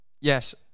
Yes